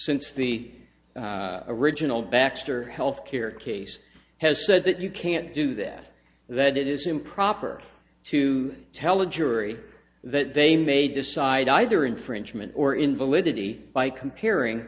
since the original baxter healthcare case has said that you can't do this that it is improper to tell a jury that they may decide either infringement or invalidity by comparing